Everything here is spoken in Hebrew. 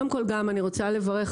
אני רוצה לברך.